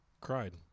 cried